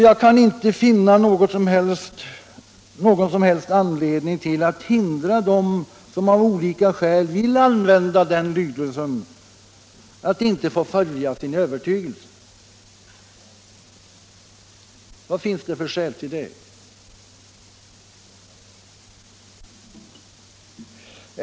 Jag kan inte finna någon som helst anledning att hindra dem som av olika skäl vill använda denna lydelse från att följa sin övertygelse. Vad skulle det finnas för skäl till det?